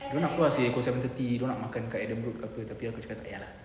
dorang nak keluar seh pukul seven thirty dorang nak makan dekat adam road ke apa tapi aku cakap tak payah lah